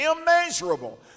immeasurable